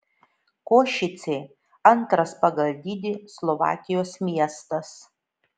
košicė antras pagal dydį slovakijos miestas